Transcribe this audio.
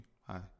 Hi